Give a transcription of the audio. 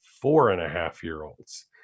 four-and-a-half-year-olds